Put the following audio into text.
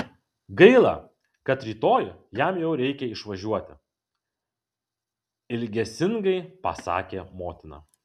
gaila kad rytoj jam jau reikia išvažiuoti ilgesingai pasakė motina